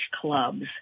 clubs